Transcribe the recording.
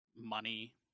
Money